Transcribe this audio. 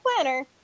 planner